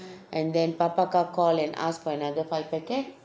and then papa அக்கா:akka call and ask for another five packet